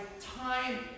time